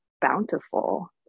bountiful